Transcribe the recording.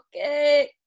okay